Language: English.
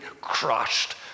crushed